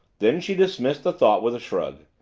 then she dismissed the thought with a shrug.